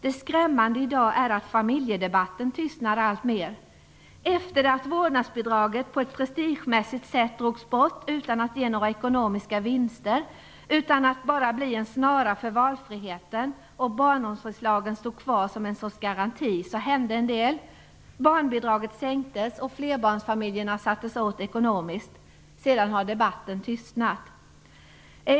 Det skrämmande i dag är att familjedebatten tystnar alltmer. Efter det att vårdnadsbidraget på ett prestigemässigt sätt drogs bort utan att det gav några ekonomiska vinster - det blev bara en snara för valfriheten - och barnomsorgslagen stod kvar som ens sorts garanti hände en del. Barnbidraget sänktes, och flerbarnsfamiljerna sattes åt ekonomiskt. Sedan har debatten tystnat.